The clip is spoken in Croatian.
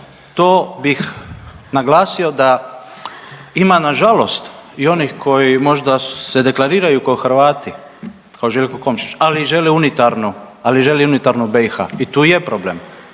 to bih naglasio da ima nažalost i onih koji možda se deklariraju kao Hrvati kao Željko Komšić ali žele i unitarnu, ali žele i unitarnu BiH i tu je problem.